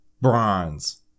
bronze